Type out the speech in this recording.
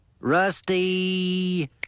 Rusty